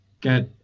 get